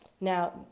Now